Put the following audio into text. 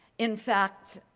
in fact,